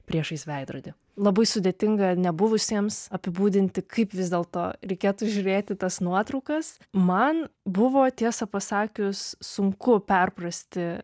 priešais veidrodį labai sudėtinga nebuvusiems apibūdinti kaip vis dėlto reikėtų žiūrėti į tas nuotraukas man buvo tiesą pasakius sunku perprasti